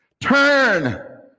turn